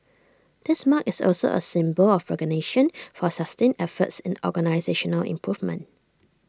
this mark is also A symbol of recognition for sustained efforts in organisational improvement